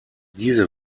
diese